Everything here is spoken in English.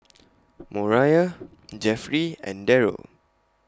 Moriah Jeffrey and Deryl